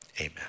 amen